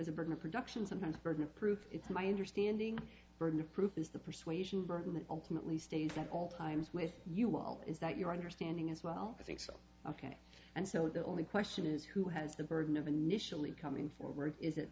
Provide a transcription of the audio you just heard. as a burden productions and the burden of proof it's my understanding burden of proof is the persuasion burden ultimately states at all times with you well is that your understanding as well i think so ok and so the only question is who has the burden of initially coming forward is it